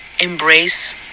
embrace